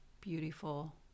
beautiful